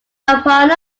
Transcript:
upon